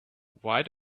why